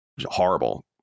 Horrible